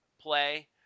play